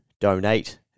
donate